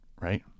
right